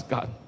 God